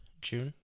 June